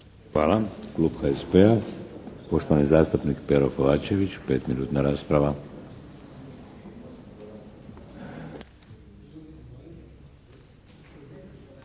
Hvala. Klub HSP-a, poštovani zastupnik Pero Kovačević, 5-minutna rasprava.